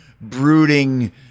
brooding